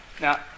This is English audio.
Now